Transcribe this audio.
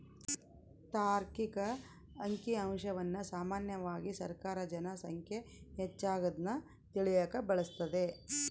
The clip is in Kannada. ತಾರ್ಕಿಕ ಅಂಕಿಅಂಶವನ್ನ ಸಾಮಾನ್ಯವಾಗಿ ಸರ್ಕಾರ ಜನ ಸಂಖ್ಯೆ ಹೆಚ್ಚಾಗದ್ನ ತಿಳಿಯಕ ಬಳಸ್ತದೆ